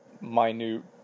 minute